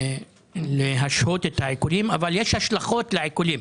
להשהות את העיקולים, אבל יש השלכות לעיקולים.